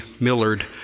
Millard